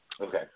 Okay